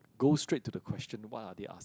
go straight to the question what are they ask